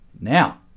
Now